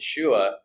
Yeshua